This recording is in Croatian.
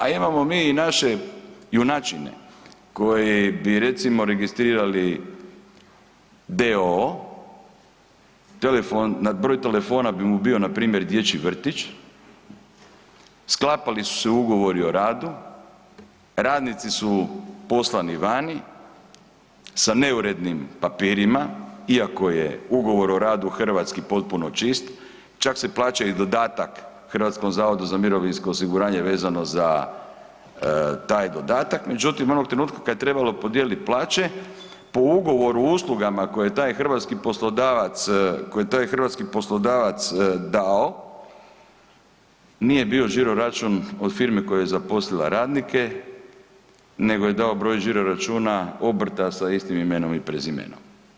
A imamo mi i naše junačine koji bi recimo registrirali d.o.o., broj telefona bi mu bio npr. dječji vrtić, sklapali su se ugovori o radu, radnici su poslani vani sa neurednim papirima iako je ugovor o radu hrvatski potpuno čist, čak se plaća i dodatak HZMO-u vezano za taj dodatak međutim onog trenutka kad je trebalo podijeliti plaće po ugovoru o uslugama koji je taj hrvatski poslodavac, koji je taj hrvatski poslodavac dao nije bio žiro račun od firme koja je zaposlila radnike nego je dao broj žiro računa obrta sa istim imenom i prezimenom.